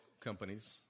companies